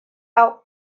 out